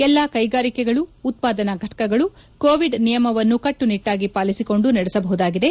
ಎಲ್ಲ ಕೈಗಾರಿಕೆಗಳು ಉತ್ಪಾದನಾ ಘಟಕಗಳು ಕೋವಿಡ್ ನಿಯಮವನ್ನು ಕಟ್ಟುನಿಟ್ಟಾಗಿ ಪಾಲಿಸಿಕೊಂಡು ನಡೆಸಬಹುದಾಗಿದೆ